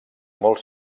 molt